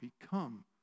become